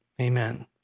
Amen